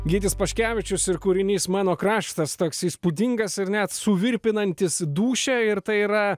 gytis paškevičius ir kūrinys mano kraštas toks įspūdingas ir net suvirpinantis dūšią ir tai yra